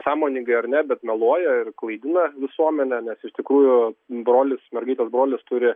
sąmoningai ar ne bet meluoja ir klaidina visuomenę nes iš tikrųjų brolis mergaitės brolis turi